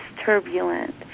turbulent